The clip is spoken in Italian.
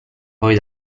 poi